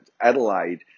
Adelaide